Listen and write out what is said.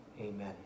amen